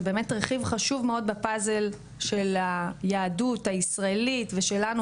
זה באמת רכיב חשוב מאוד בפאזל של היהדות הישראלית ושלנו